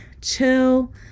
chill